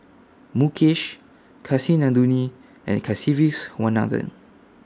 Mukesh Kasinadhuni and Kasiviswanathan